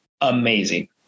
amazing